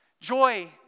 Joy